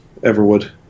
Everwood